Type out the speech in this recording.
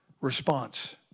response